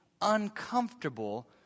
uncomfortable